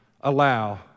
allow